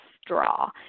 straw